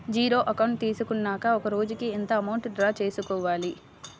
Zero account తీసుకున్నాక ఒక రోజుకి ఎంత అమౌంట్ డ్రా చేసుకోవాలి?